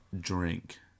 drink